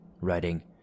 writing